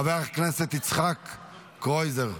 חבר הכנסת יצחק קרויזר,